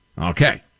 Okay